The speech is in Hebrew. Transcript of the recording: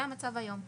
זה המצב היום.